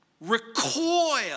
recoil